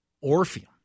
Orpheum